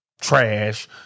trash